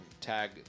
tag